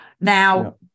Now